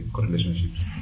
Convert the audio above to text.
relationships